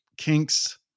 Kinks